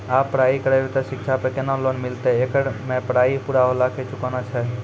आप पराई करेव ते शिक्षा पे केना लोन मिलते येकर मे पराई पुरा होला के चुकाना छै?